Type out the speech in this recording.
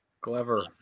Clever